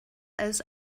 als